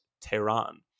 Tehran